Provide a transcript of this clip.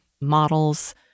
models